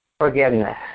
forgiveness